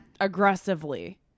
Aggressively